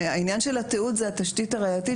לגבי עניין התיעוד זה התשתית הראייתית,